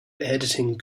editing